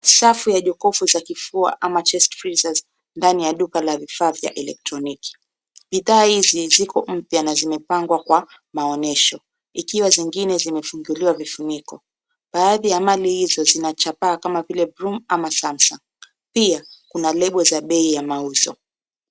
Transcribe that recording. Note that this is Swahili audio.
Safu ya jokufu za kifua ama chest freezers ndani ya duka la vifaa vya elektroniki. Bidhaa hizi ziko mpya na zimepangwa kwa maonyesho. Ikiwa zingine zimefunguliwa vifuniko. Baadhi ya bidhaa hizo zina chapaa kama vile Prum ama Samsung. Pia, kuna lebo za bei ya mauzo.